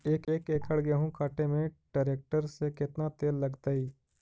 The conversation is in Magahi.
एक एकड़ गेहूं काटे में टरेकटर से केतना तेल लगतइ?